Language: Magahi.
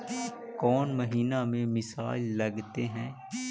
कौन महीना में मिसाइल लगते हैं?